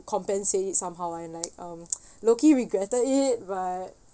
compensate it somehow I like um low key regretted it but